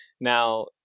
now